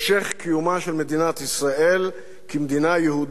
קיומה של מדינת ישראל כמדינה יהודית,